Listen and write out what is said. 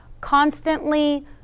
constantly